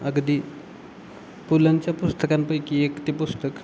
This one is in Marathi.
अगदी पुलंच्या पुस्तकांपैकी एक ते पुस्तक